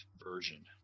version